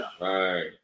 right